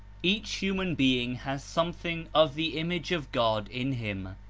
each human being has something of the image of god in him,